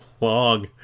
long